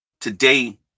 today